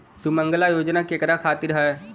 सुमँगला योजना केकरा खातिर ह?